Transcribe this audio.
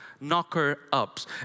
knocker-ups